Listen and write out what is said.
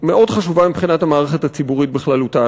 מאוד חשובה מבחינת המערכת הציבורית בכללותה.